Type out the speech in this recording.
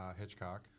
hitchcock